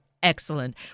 Excellent